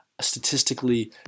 statistically